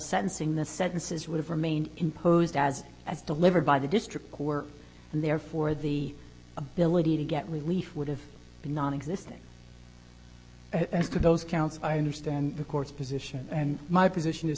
sentencing the sentences would remain imposed as as delivered by the district court and therefore the ability to get relief would have been nonexistent as to those counts i understand the court's position and my position is